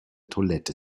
toilette